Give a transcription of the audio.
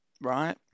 right